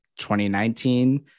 2019